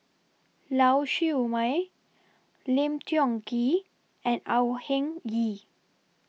Lau Siew Mei Lim Tiong Ghee and Au Hing Yee